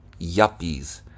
yuppies